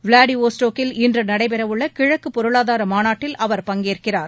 விளாடிவோ ஸ்டாக்கில் இன்று நடைபெறவுள்ள கிழக்கு பொருளாதார மாநாட்டில் அவர் பங்கேற்கிறார்